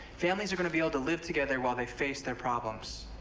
families are gonna be able to live together while they face their problems.